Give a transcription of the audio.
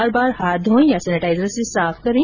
बार बार हाथ धोयें या सेनेटाइजर से साफ करें